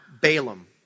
Balaam